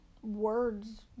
words